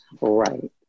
Right